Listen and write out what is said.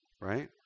right